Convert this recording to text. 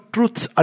Truth's